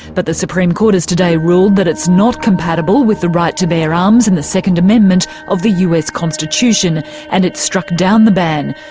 but the supreme court has today ruled that it's not compatible with the right to bear arms in the second amendment of the us constitution and it struck down the ban.